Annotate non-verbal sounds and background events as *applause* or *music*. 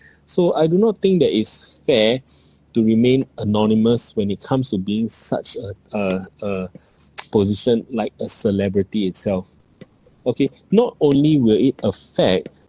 so I do not think that it's fair to remain anonymous when it comes to being such a a a *noise* position like a celebrity itself okay not only will it affect